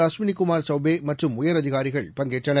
அஸ்வினிகுமார் சௌபே மற்றும் உயரதிகாரிகள் பங்கேற்றனர்